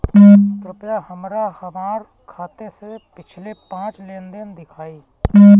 कृपया हमरा हमार खाते से पिछले पांच लेन देन दिखाइ